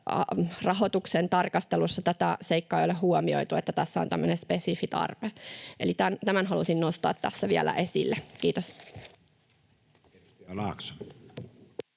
rahoituksen tarkastelussa tätä seikkaa ei ole huomioitu, että tässä on tämmöinen spesifi tarve. Eli tämän halusin nostaa tässä vielä esille. — Kiitos.